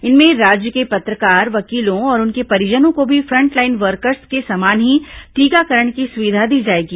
इनमें राज्य के पत्रकार वकीलों और उनके परिजनों को भी फ्रंटलाइन वर्कर्स के समान ही टीकाकरण की सुविधा दी जाएगी